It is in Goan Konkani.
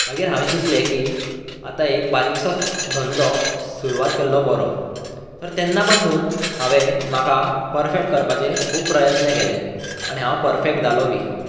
मागीर हांवें चिंतले की आतां एक बारीकसो धंदो सुरवात केल्लो बरो तर तेन्ना पासून हांवें म्हाका परफेक्ट करपाचे खूब प्रयत्न केले आनी हांव परफेक्ट जालो बी